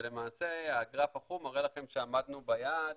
ולמעשה הגרף החום מראה לכם שעמדנו ביעד.